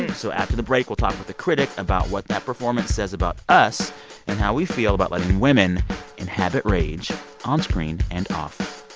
so after the break, we'll talk with a critic about what that performance says about us and how we feel about letting women inhabit rage onscreen and off.